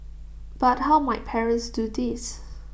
but how might parents do this